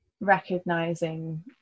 recognizing